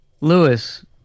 Lewis